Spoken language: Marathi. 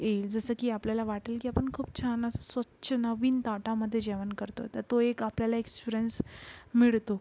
येईल जसं की आपल्याला वाटेल की आपण खूप छान असं स्वच्छ नवीन ताटामध्ये जेवण करतो तर तो एक आपल्याला एक्स्पिरियंस मिळतो